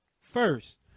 first